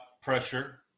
pressure